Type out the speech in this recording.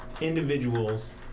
individuals